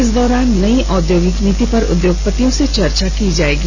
इस दौरान नई औद्योगिक नीति पर उद्योगपतियों से चर्चा की जाएगी